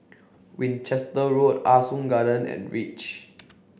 Winchester Road Ah Soo Garden and Reach